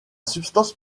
substance